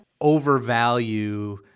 overvalue